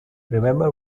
remember